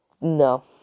No